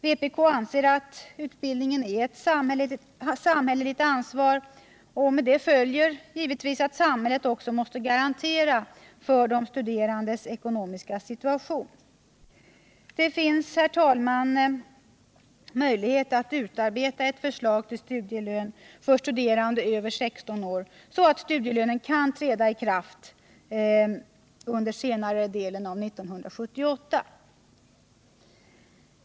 Vpk anser att utbildningen är ett samhälleligt ansvar, och med det följer givetvis att samhället också måste garantera de studerandes ekonomiska situation. Det finns, herr talman, möjlighet att utarbeta ett förslag till studielön för studerande över 16 år så att studielönen kan träda i kraft under senare delen av 1978.